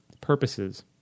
purposes